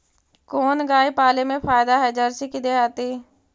कोन गाय पाले मे फायदा है जरसी कि देहाती?